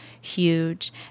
huge